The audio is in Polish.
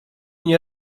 nie